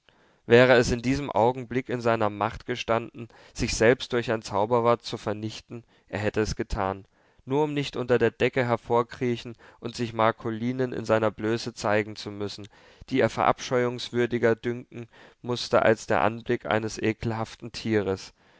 wäre es in diesem augenblick in seiner macht gestanden sich selbst durch ein zauberwort zu vernichten er hätte es getan nur um nicht unter der decke hervorkriechen und sich marcolinen in seiner blöße zeigen zu müssen die ihr verabscheuungswürdiger dünken mußte als der anblick eines ekelhaften tieres